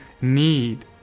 need